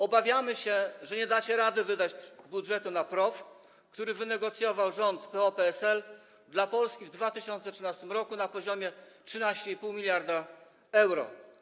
Obawiamy się, że nie dacie rady wydać budżetu na PROW, który wynegocjował rząd PO-PSL dla Polski w 2013 r. na poziomie 13,5 mld euro.